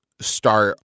start